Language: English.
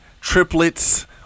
triplets